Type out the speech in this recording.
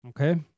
okay